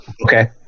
Okay